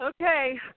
Okay